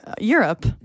Europe